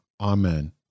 Amen